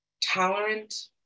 tolerant